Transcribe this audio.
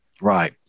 Right